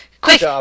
Quick